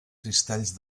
cristalls